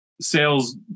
Sales